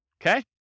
Okay